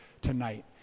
tonight